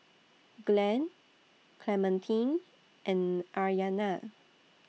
Glen Clementine and Aryana